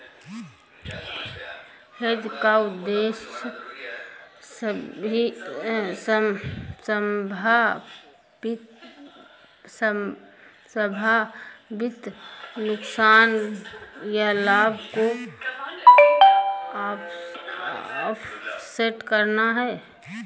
hedge का उद्देश्य संभावित नुकसान या लाभ को ऑफसेट करना है